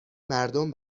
مردم